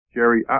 Jerry